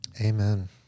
Amen